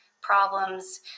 problems